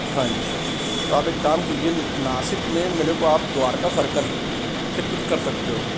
ہاں جی تو آپ ایک کام کیجیے ناسک میں میرے کو آپ دوارکا سرکل سے پک کر سکتے ہو